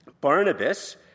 Barnabas